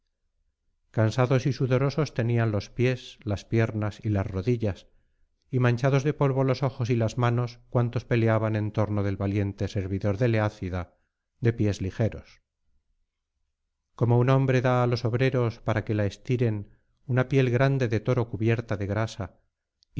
cansados y sudosos tenían los pies las piernas y las rodillas y manchados de polvo los ojos y las manos cuantos peleaban en torno del valiente servidor del eácida de pies ligeros como un hombre da á los obreros para que la estiren una piel grande de toro cubierta de grasa